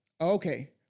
Okay